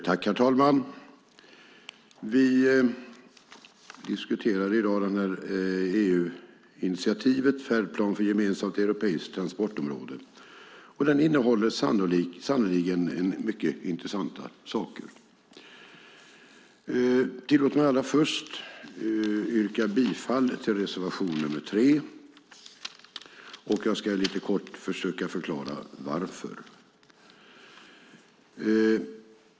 Herr talman! Vi diskuterar i dag EU-initiativet Färdplan för ett gemensamt europeiskt transportområde . Det innehåller sannerligen mycket intressanta saker. Tillåt mig allra först att yrka bifall till reservation 3. Jag ska lite kort försöka förklara varför.